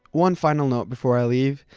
one final note before i leave,